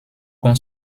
qu’on